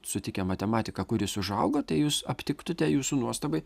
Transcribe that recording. sutikę matematiką kur jis užaugo tai jūs aptiktute jūsų nuostabai